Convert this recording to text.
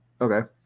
Okay